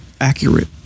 accurate